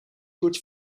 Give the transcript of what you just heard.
goed